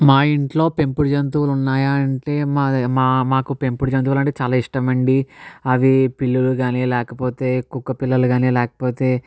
మా ఇంట్లో పెంపుడు జంతువులు ఉన్నాయా అంటే మాది మా మాకు పెంపుడు జంతువులు అంటే చాలా ఇష్టం అండి అవి పిల్లులు కానీ లేకపోతే కుక్క పిల్లలు కానీ లేకపోతే